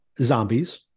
zombies